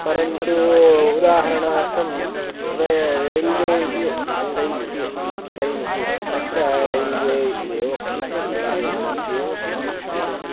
परन्तु उदाहरणार्थं rail railway इति अस्ति रैल् इति अस्ति ट्रेन् इति अस्ति तत्र रैल्वे इत्येव वक्तुं शक्नुमः रैल् यानम् इत्येव वक्तुं शक्यते